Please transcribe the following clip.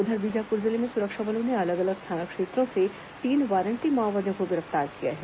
उधर बीजापुर जिले में सुरक्षा बलों ने अलग अलग थाना क्षेत्रों से तीन वारंटी माओवादियों को गिरफ्तार किया है